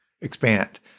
expand